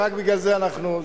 ורק בגלל זה אנחנו,